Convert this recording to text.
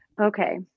Okay